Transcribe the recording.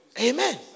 Amen